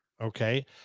Okay